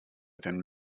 than